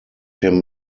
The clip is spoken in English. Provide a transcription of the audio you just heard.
him